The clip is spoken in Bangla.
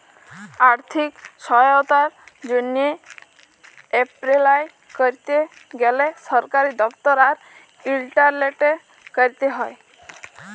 আথ্থিক সহায়তার জ্যনহে এপলাই ক্যরতে গ্যালে সরকারি দপ্তর আর ইলটারলেটে ক্যরতে হ্যয়